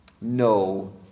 no